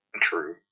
True